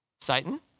Satan